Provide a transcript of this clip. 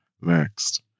next